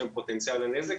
שהם פוטנציאל לנזק?